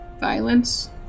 Violence